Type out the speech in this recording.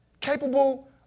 Capable